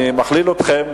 אני מכליל אתכם,